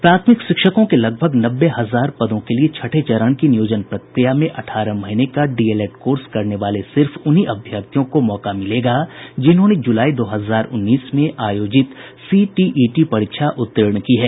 प्राथमिक शिक्षकों के लगभग नब्बे हजार पदों के लिए छठे चरण की नियोजन प्रक्रिया में अठारह महीने का डीएलएड कोर्स करने वाले सिर्फ उन्हीं अभ्यर्थियों को मौका मिलेगा जिन्होंने जुलाई दो हजार उन्नीस में आयोजित सीटीईटी परीक्षा उत्तीर्ण की है